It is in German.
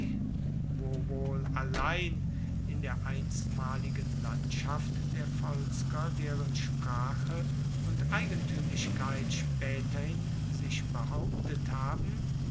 wohl allein in der einstmaligen landschaft der volsker deren sprache und eigentuemlichkeit spaeterhin sich behauptet haben